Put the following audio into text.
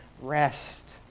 rest